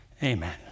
Amen